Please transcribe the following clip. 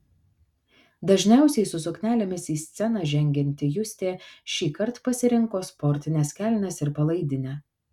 dažniausiai su suknelėmis į sceną žengianti justė šįkart pasirinko sportines kelnes ir palaidinę